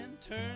turn